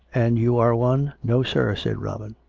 and you are one no, sir, said robin,